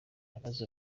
namaze